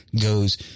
goes